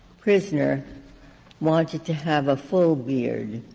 prisoner wanted to have a full beard,